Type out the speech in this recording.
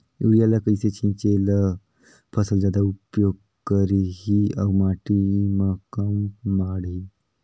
Urea ल कइसे छीचे ल फसल जादा उपयोग करही अउ माटी म कम माढ़ही?